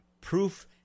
Proof